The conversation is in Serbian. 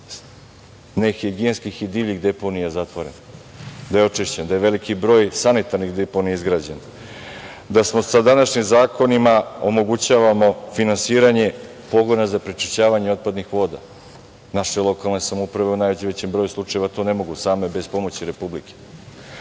nehigijenskih i divljih deponija zatvoren, da je očišćen, da je izgrađen veliki broj sanitarnih deponija, da sa današnjim zakonima omogućavamo finansiranje pogona za prečišćavanje otpadnih voda. Naše lokalne samouprave u najvećem broju slučajeva to ne mogu same, bez pomoći Republike. Isto